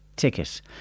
ticket